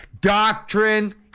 Doctrine